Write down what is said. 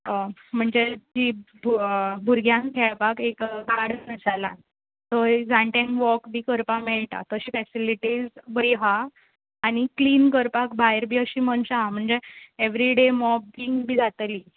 म्हणजे तीं भु भुरग्यांक खेळपाक एक गाडन आसा ल्हान थंय जाणट्यांक वॉक बी करपाक मेळटा तशें फॅसिलिटीज बरी आसा आनी क्लीन करपाक भायर बी अशीं मनशां आसा म्हणजे एवरी डे मॉपींग बी जातली